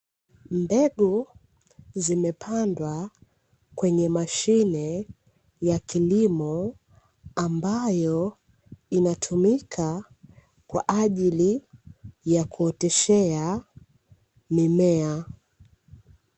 Mbegu zimepandwa kwenye mashine ya kilimo, ambayo inatumika kwa ajili ya kuoteshea mimea.